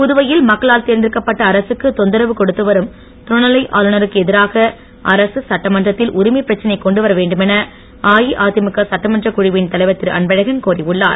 புதுவையில் மக்களால் தேர்ந்தெடுக்கப்பட்ட அரசுக்கு தொந்தரவு கொடுத்துவரும் துணைநிலை ஆளுனருக்கு எதிராக அரசு சட்டமன்றத்தில் உரிமை பிரச்சனை கொண்டுவர வேண்டுமென அஇஅதிமுக சட்டமன்றக் குழுவின் தலைவர் திருஅன்பழகன் கோரியுள்ளார்